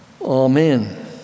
Amen